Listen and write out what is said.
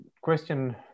question